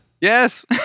Yes